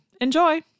Enjoy